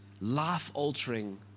life-altering